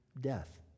death